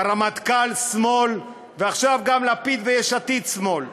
הרמטכ"ל שמאל, ועכשיו גם לפיד ויש עתיד שמאל.